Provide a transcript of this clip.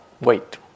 wait